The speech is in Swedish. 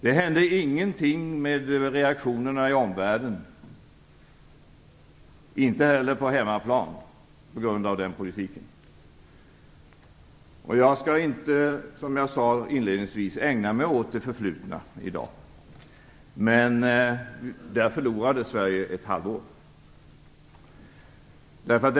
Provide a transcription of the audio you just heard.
Det hände ingenting i inställningen från omvärlden och inte heller på hemmaplan på grund av den politiken. Jag skall, som jag inledningsvis sade, i dag inte ägna mig åt det förflutna, men jag vill säga att Sverige där förlorade ett halvår.